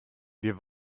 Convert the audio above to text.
wir